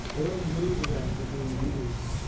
a little moody after being used.